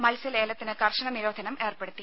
മത്സ്യ ലേലത്തിന് കർശന നിരോധനം ഏർപ്പെടുത്തി